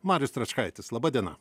marius stračkaitis laba diena